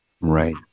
Right